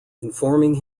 informing